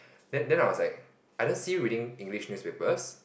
then then I was like I don't see you reading English newspapers